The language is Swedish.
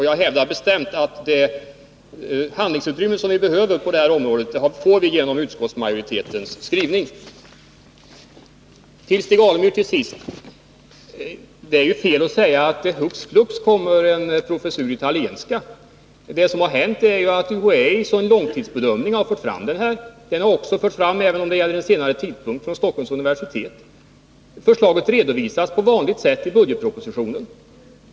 Jag hävdar bestämt att vi får det handlingsutrymme som vi behöver på det här området genom utskottsmajoritetens skrivning. Till sist till Stig Alemyr: Det är fel att säga att det hux flux kommer en professur i italienska. UHÄ har i sin långtidsbedömning föreslagit en sådan professur. Ett sådant förslag har också — även om det gällde en senare tidpunkt — förts fram av Stockholms universitet. Förslaget redovisades på vanligt sätt i budgetpropositionen.